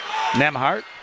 Nemhart